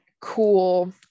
cool